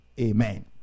Amen